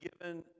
given